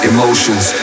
Emotions